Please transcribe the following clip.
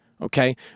Okay